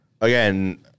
Again